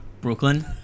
Brooklyn